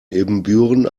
ibbenbüren